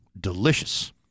Delicious